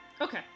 okay